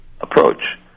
approach